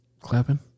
clapping